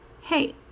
hey